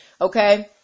okay